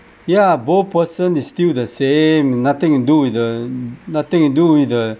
ya both person is still the same nothing to do with the nothing to do with the